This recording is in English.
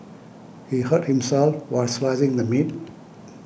he hurt himself while slicing the meat